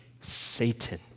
Satan